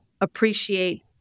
appreciate